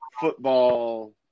football